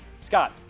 Scott